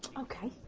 ok,